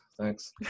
Thanks